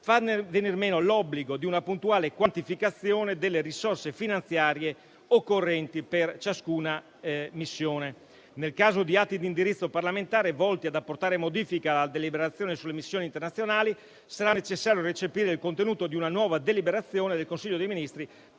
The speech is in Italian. farne venir meno l'obbligo di una puntuale quantificazione delle risorse finanziarie occorrenti per ciascuna missione. Nel caso di atti di indirizzo parlamentare, volti ad apportare modifiche alla deliberazione sulle missioni internazionali, sarà necessario recepire il contenuto di una nuova deliberazione del Consiglio dei ministri,